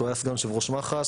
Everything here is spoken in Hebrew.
שהיה סגן יושב ראש מח"ש,